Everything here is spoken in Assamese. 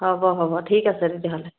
হ'ব হ'ব ঠিক আছে তেতিয়াহ'লে